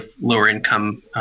lower-income